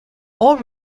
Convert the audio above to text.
all